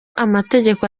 amategeko